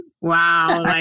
Wow